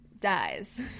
dies